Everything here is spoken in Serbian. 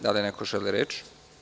Da li neko želi reč?